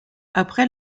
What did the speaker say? après